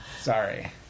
Sorry